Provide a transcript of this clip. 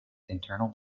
internal